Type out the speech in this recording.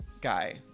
guy